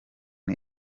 uba